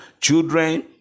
Children